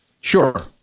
Sure